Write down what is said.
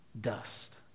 dust